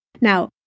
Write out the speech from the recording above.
Now